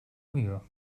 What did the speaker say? mühe